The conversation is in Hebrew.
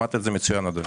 שמעת את זה מצוין, אדוני.